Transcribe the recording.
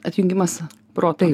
atjungimas proto